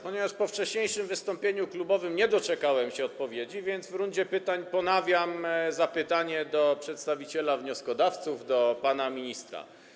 Ponieważ po wcześniejszym wystąpieniu klubowym nie doczekałem się odpowiedzi, więc w rundzie pytań ponawiam zapytanie do przedstawiciela wnioskodawców, do pana ministra.